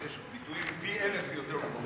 יש ביטויים פי-אלף יותר גרועים,